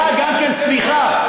היה גם כן, סליחה,